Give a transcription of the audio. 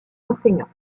enseignants